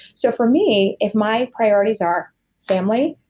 so for me, if my priorities are family,